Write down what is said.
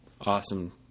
awesome